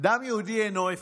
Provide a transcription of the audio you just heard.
דם יהודי אינו הפקר.